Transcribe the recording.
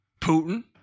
Putin